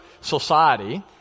society